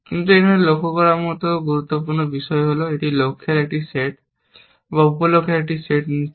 কিন্তু এখানে লক্ষ্য করার মতো গুরুত্বপূর্ণ বিষয় হল এটি লক্ষ্যের একটি সেট বা উপ লক্ষ্যের একটি সেট নিচ্ছে